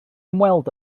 ymweld